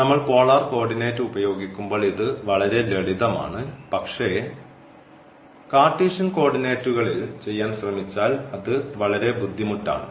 നമ്മൾ polar coordinate ഉപയോഗിക്കുമ്പോൾ ഇത് വളരെ ലളിതമാണ് പക്ഷേ കാർട്ടീഷ്യൻ കോർഡിനേറ്റുകളിൽ ചെയ്യാൻ ശ്രമിച്ചാൽ അത് വളരെ ബുദ്ധിമുട്ടാണ്